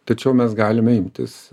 tačiau mes galime imtis